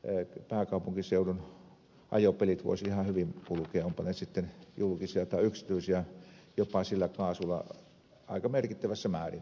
nämä pääkaupunkiseudun ajopelit voisivat ihan hyviä kulkea onpa ne sitten julkisia tai yksityisiä jopa sillä kaasulla aika merkittävässä määrin